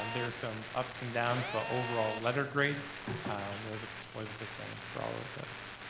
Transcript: um there are some ups and downs, but overall, letter grade was was the same for all of those.